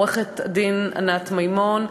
עורכת-הדין ענת מימון,